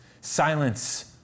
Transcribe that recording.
silence